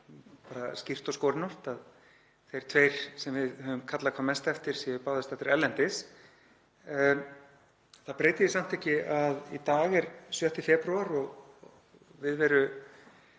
bara skýrt og skorinort að þeir tveir sem við höfum kallað hvað mest eftir séu báðir staddir erlendis. Það breytir því samt ekki að í dag er 6. febrúar og viðveru